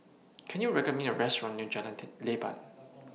Can YOU recommend Me A Restaurant near Jalan Leban